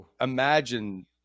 imagine